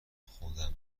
خودم